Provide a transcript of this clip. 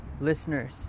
Listeners